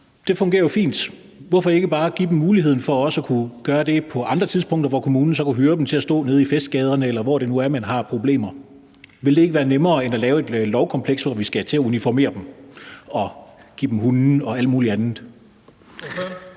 det fungerer jo fint. Hvorfor ikke bare give dem muligheden for også at kunne gøre det på andre tidspunkter, hvor kommunen så kunne hyre dem til at stå nede i festgaderne, eller hvor det nu er, man har problemer? Ville det ikke være nemmere end at lave et lovkompleks, hvor vi skal til at uniformere dem og give dem hunde og alt muligt andet?